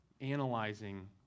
analyzing